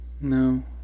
No